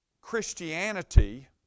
Christianity